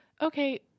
okay